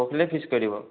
পৰহিলৈ ফিক্স কৰিব